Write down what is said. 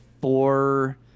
four